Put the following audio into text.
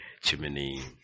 chimney